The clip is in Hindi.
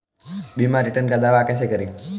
बीमा रिटर्न का दावा कैसे करें?